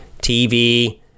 TV